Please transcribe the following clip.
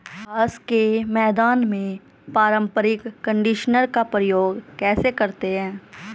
घास के मैदान में पारंपरिक कंडीशनर का प्रयोग कैसे करते हैं?